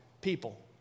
people